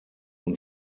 und